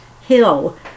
hill